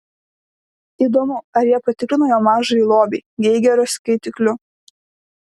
įdomu ar jie patikrino jo mažąjį lobį geigerio skaitikliu